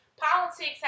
Politics